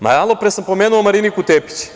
Malopre sam pomenuo Mariniku Tepić.